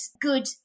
good